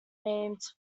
named